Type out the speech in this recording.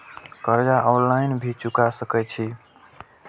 कर्जा ऑनलाइन भी चुका सके छी?